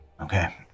Okay